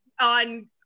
on